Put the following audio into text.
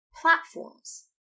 platforms